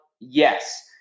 Yes